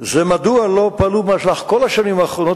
זה מדוע לא פעלו במשך כל השנים האחרונות